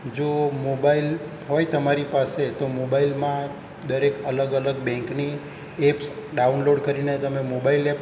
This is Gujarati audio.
જો મોબાઈલ હોય તમારી પાસે તો મોબાઈલમાં દરેક અલગ અલગ બેન્કની એપ્સ ડાઉનલોડ કરીને તમે મોબાઈલ એપ